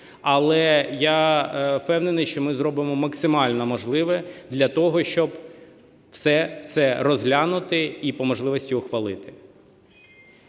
Але я впевнений, що ми зробимо максимально можливе для того, щоб все це розглянути і по можливості ухвалити.